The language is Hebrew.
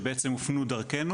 שבעצם הופנו דרכנו.